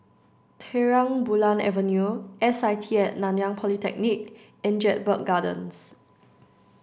Terang Bulan Avenue S I T A Nanyang Polytechnic and Jedburgh Gardens